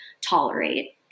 tolerate